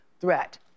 threat